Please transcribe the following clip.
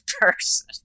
person